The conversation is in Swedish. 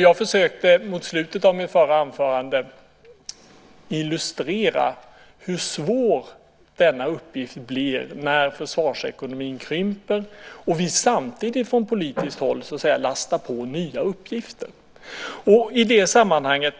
Jag försökte mot slutet av mitt förra anförande illustrera hur svår denna uppgift blir när försvarsekonomin krymper och vi samtidigt från politiskt håll lastar på nya uppgifter. I det sammanhanget